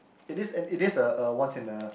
it is and it is a a once in a